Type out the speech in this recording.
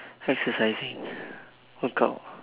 exercising work out